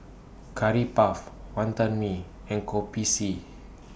Curry Puff Wonton Mee and Kopi C